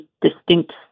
distinct